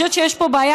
אני חושבת שיש פה בעיה,